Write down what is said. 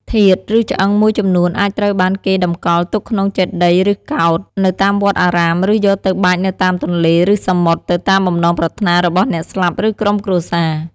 ធាតុឬឆ្អឹងមួយចំនួនអាចត្រូវបានគេតម្កល់ទុកក្នុងចេតិយឬកោដ្ឋ នៅតាមវត្តអារាម ឬយកទៅបាចនៅតាមទន្លេ ឬសមុទ្រ ទៅតាមបំណងប្រាថ្នារបស់អ្នកស្លាប់ ឬក្រុមគ្រួសារ។